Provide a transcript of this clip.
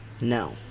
No